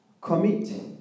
Commit